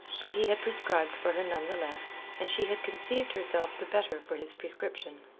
but he had prescribed for her none the less, and she had conceived herself the better for his prescription.